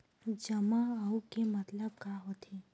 जमा आऊ के मतलब का होथे?